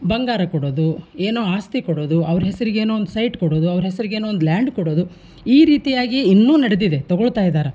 ಬಂಗಾರ ಕೊಡೋದು ಏನೋ ಆಸ್ತಿ ಕೊಡೋದು ಅವ್ರ ಹೆಸರಿಗೇನೊ ಒಂದು ಸೈಟ್ ಕೊಡೋದು ಅವ್ರ ಹೆಸರಿಗೇನೊ ಒಂದು ಲ್ಯಾಂಡ್ ಕೊಡೋದು ಈ ರೀತಿಯಾಗಿ ಇನ್ನೂ ನಡೆದಿದೆ ತಗೊಳ್ತಾ ಇದ್ದಾರೆ